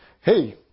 hey